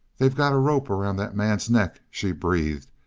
they've got a rope around that man's neck, she breathed,